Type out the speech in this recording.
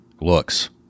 looks